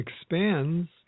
expands